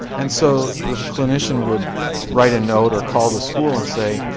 and so the clinician would write a note, or call the school and say,